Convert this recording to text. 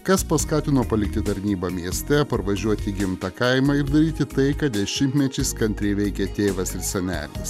kas paskatino palikti tarnybą mieste parvažiuoti į gimtą kaimą ir daryti tai ką dešimtmečiais kantriai veikė tėvas ir senelis